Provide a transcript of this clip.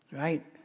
right